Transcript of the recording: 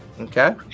Okay